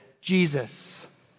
Jesus